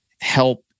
help